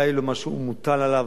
די במה שמוטל עליהן,